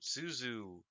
Suzu